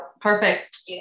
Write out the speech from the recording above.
perfect